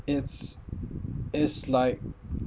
it's it's like